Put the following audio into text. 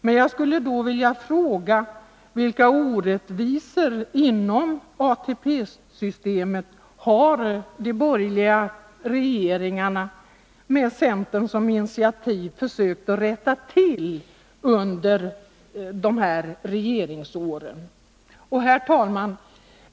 Men jag skulle vilja fråga: Vilka orättvisor inom ATP-systemet har då de borgerliga regeringarna på centerns initiativ försökt att rätta till under sina regeringsår? Herr talman!